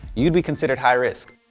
you'd be considered high risk.